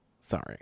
Sorry